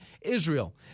Israel